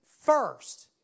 first